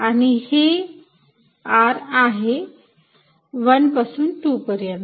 तर हे r आहे 1 पासून 2 पर्यंत